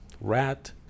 rat